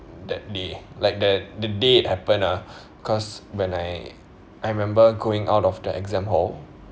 that day like that the day it happened ah cause when I I remember going out of the exam hall